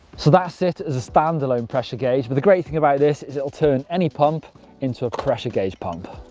so that's it as a standalone tyre pressure gauge. but the great thing about this is it will turn any pump into a pressure gauge pump.